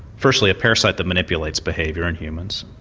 firstly a parasite that manipulates behaviour in humans,